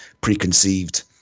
preconceived